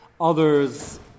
others